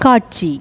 காட்சி